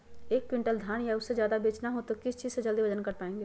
एक क्विंटल धान या उससे ज्यादा बेचना हो तो किस चीज से जल्दी वजन कर पायेंगे?